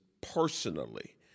personally